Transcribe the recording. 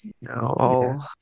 No